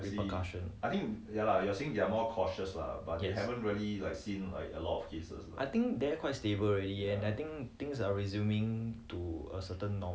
but I think perth quite scared so when they see when they reopen everything this might be the repercussions yes